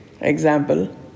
Example